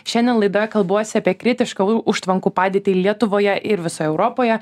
šiandien laidoje kalbuosi apie kritišką užtvankų padėtį lietuvoje ir visoje europoje